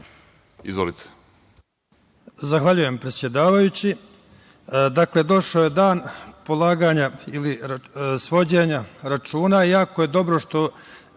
Izvolite.